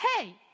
Hey